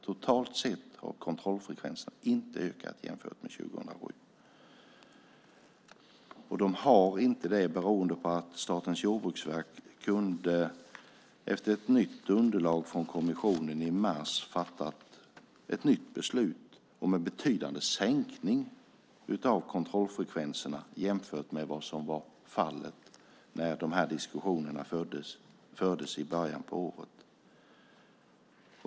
Det har de inte gjort beroende på att Statens jordbruksverk efter ett nytt underlag från kommissionen i mars kunde fatta ett nytt beslut om en betydande sänkning av kontrollfrekvenserna jämfört med vad som var fallet när diskussionerna fördes i början på året.